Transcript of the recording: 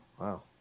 Wow